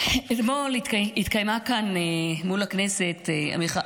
אתמול התקיימה כאן מול הכנסת, מטי, אנחנו